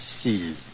see